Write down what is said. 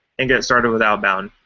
and get started with outbound